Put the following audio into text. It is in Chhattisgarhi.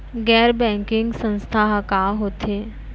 गैर बैंकिंग संस्था ह का होथे?